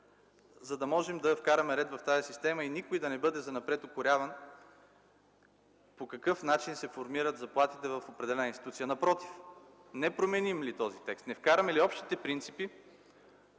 за да можем да вкараме ред в тази система и никой занапред да не бъде укоряван по какъв начин се формират заплатите в определена институция. Напротив, не променим ли този текст, не вкараме ли общите принципи,